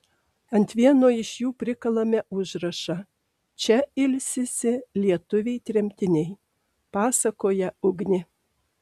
ant vieno iš jų prikalame užrašą čia ilsisi lietuviai tremtiniai pasakoja ugnė